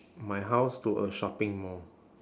my house to a shopping mall